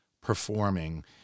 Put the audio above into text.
performing